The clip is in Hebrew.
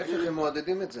ההיפך, הם מעודדים את זה.